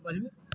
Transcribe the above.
बोलू